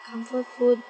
comfort food